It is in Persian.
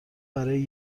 برای